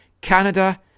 canada